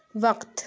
وقت